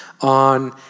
on